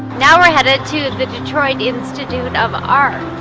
now we're headed to the detroit institute and of arts